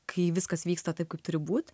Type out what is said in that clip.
kai viskas vyksta taip kaip turi būt